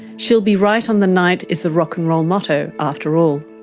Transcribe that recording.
she'll be right on the night is the rock'n'roll motto after all.